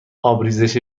آبریزش